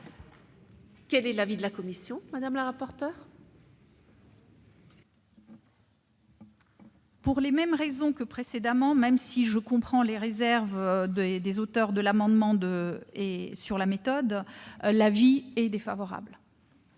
Quel est l'avis de la commission spéciale ? Pour les mêmes raisons que précédemment, et même si je comprends les réserves des auteurs de l'amendement sur la méthode, l'avis de